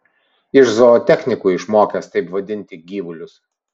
iš zootechnikių išmokęs taip vadinti gyvulius